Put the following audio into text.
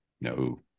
No